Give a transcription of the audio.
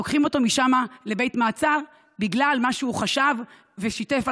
לוקחים אותו משם לבית מעצר בגלל מה שהוא חשב ושיתף,